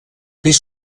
pis